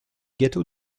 gâteaux